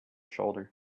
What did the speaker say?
shoulder